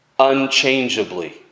unchangeably